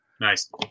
Nice